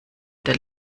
der